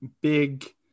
big